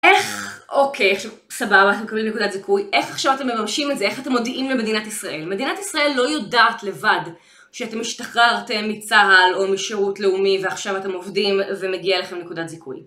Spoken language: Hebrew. איך... אוקיי, עכשיו, סבבה, אתם מקבלים נקודת זיכוי. איך עכשיו אתם מממשים את זה? איך אתם מודיעים למדינת ישראל? מדינת ישראל לא יודעת לבד שאתם השתחררתם מצה"ל או משירות לאומי ועכשיו אתם עובדים ומגיע לכם נקודת זיכוי.